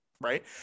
right